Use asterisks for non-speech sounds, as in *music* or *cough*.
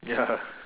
ya *laughs*